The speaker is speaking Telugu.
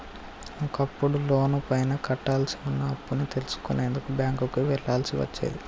ఒకప్పుడు లోనుపైన కట్టాల్సి వున్న అప్పుని తెలుసుకునేందుకు బ్యేంకుకి వెళ్ళాల్సి వచ్చేది